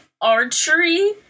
archery